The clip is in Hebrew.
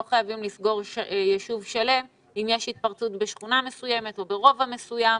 לא חייבים לסגור ישוב שלם אם יש התפרצות בשכונה מסוימת או ברובע מסוים.